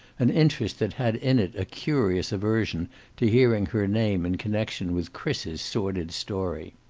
an interest that had in it a curious aversion to hearing her name in connection with chris's sordid story.